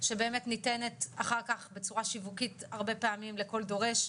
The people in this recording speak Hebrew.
שבאמת ניתנת אחר כך בצורה שיווקית הרבה פעמים כל דורש,